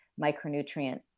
micronutrient